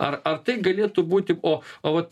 ar ar tai galėtų būti o o vat